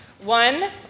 One